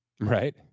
right